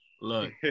Look